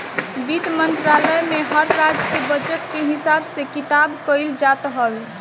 वित्त मंत्रालय में हर राज्य के बजट के हिसाब किताब कइल जात हवे